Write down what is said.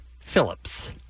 Phillips